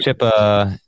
chip